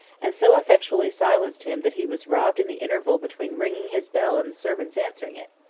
and so effectually silenced him that he was robbed in the interval between ringing his bell and the servant's answering it.